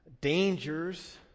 dangers